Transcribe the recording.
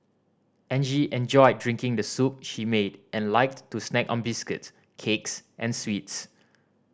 Angie enjoyed drinking the soup she made and liked to snack on biscuits cakes and sweets